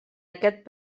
aquest